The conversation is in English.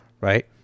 right